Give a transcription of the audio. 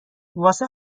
واسه